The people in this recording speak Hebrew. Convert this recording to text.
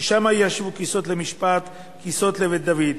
כי שמה ישבו כסאות למשפט כסאות לבית דוד".